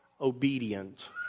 obedient